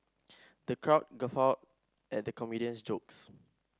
the crowd guffawed at the comedian's jokes